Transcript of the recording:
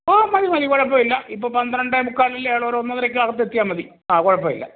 ആ മതി മതി കുഴപ്പം ഇല്ല ഇപ്പം പന്ത്രണ്ടേ മുക്കലല്ലേ ആയുള്ളൂ ഒരു ഒന്ന് ഒന്നരക്ക് അകത്ത് എത്തിയാൽ മതി ആ കുഴപ്പം ഇല്ല